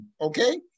Okay